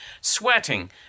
sweating